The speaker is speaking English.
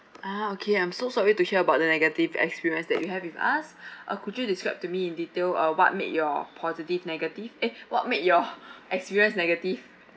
ah okay I'm so sorry to hear about the negative experience that you have with us uh could you describe to me in detail uh what make your positive negative eh what make your experience negative